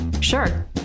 Sure